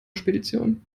spedition